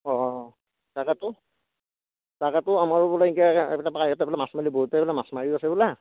অঁ তাকেতো তাকেতো আমাৰো বোলে এনেকে বোলে বাইহতেঁ বোলে মাছ মাৰিলে বহুতে বোলে মাছ মাৰি আছে বোলে